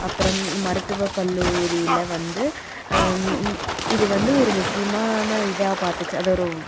அப்புறம் மருத்துவக்கல்லூரியில வந்து இது வந்து ஒரு முக்கியமான இதாக பார்த்துச்சு அது ஒரு